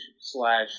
slash